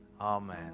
Amen